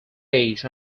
age